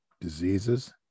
diseases